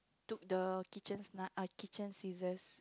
took the kitchen knife err kitchen scissor